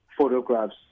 photographs